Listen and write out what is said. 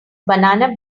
banana